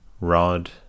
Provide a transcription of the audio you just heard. rod